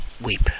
weep